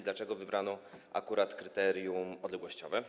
Dlaczego wybrano akurat kryterium odległościowe?